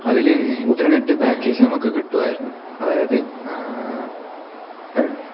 അതില് internet package നമുക്ക് കിട്ടുവായിരുന്നു അതായത്